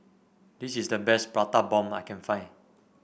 this is the best Prata Bomb I can find